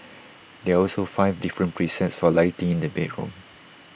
there are also five different presets for lighting in the bedroom